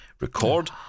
record